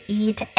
eat